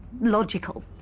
Logical